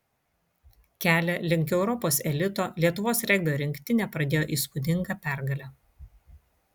kelią link europos elito lietuvos regbio rinktinė pradėjo įspūdinga pergale